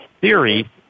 theory